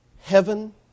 heaven